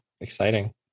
exciting